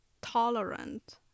tolerant